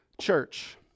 church